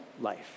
life